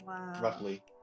roughly